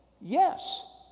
yes